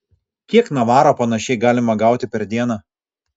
kiek navaro panašiai galima gauti per dieną